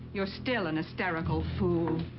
you're still an hysterical fool.